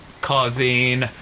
causing